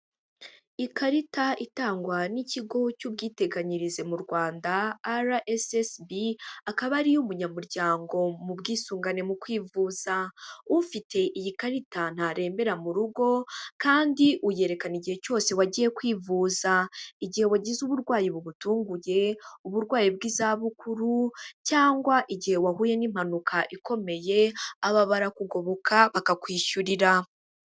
Ikarita itangwa n'ikigo cy'ubwiteganyirize mu Rwanda RSSB, akaba ari umunyamuryango mu bwisungane mu kwivuza, ufite iyi karita ntarembera mu rugo kandi uyerekana igihe cyose wagiye kwivuza, igihe wagize uburwayi bugutunguye, uburwayi bw'izabukuru cyangwa igihe wahuye n'impanuka ikomeye aba barakugoboka bakakwishyurira.